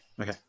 okay